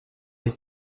les